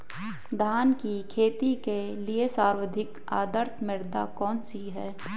धान की खेती के लिए सर्वाधिक आदर्श मृदा कौन सी है?